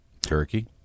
Turkey